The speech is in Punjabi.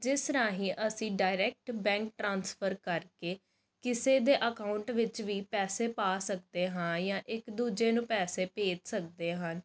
ਜਿਸ ਰਾਹੀਂ ਅਸੀਂ ਡਾਇਰੈਕਟ ਬੈਂਕ ਟਰਾਂਸਫਰ ਕਰ ਕੇ ਕਿਸੇ ਦੇ ਅਕਾਊਂਟ ਵਿੱਚ ਵੀ ਪੈਸੇ ਪਾ ਸਕਦੇ ਹਾਂ ਜਾਂ ਇੱਕ ਦੂਜੇ ਨੂੰ ਪੈਸੇ ਭੇਜ ਸਕਦੇ ਹਾਂ